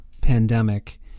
pandemic